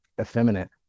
effeminate